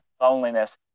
loneliness